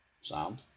Sound